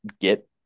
get